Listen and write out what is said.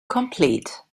complete